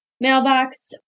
mailbox